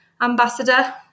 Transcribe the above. ambassador